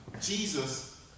Jesus